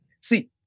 See